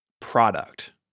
product